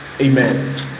Amen